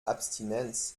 abstinenz